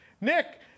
Nick